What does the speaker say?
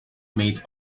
made